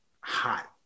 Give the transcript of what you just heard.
hot